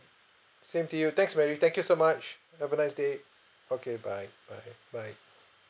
same to you thanks mary thank you so much have a nice day okay bye bye bye